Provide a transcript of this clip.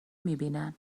میبینن